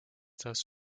das